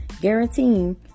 guaranteeing